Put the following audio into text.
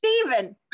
Steven